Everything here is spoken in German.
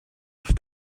auf